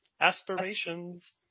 aspirations